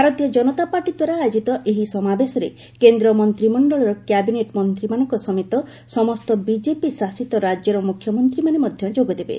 ଭାରତୀୟ ଜନତା ପାର୍ଟି ଦ୍ୱାରା ଆୟୋଜିତ ଏହି ସମାବେଶରେ କେନ୍ ମନ୍ତ୍ରିମଣ୍ଡଳର କ୍ୟାବିନେଟ୍ ମନ୍ତ୍ରୀମାନଙ୍କ ସମେତ ସମସ୍ତ ବିଜେପି ଶାସିତ ରାକ୍ୟର ମୁଖ୍ୟମନ୍ତ୍ରୀମାନେ ମଧ୍ୟ ଯୋଗଦେବେ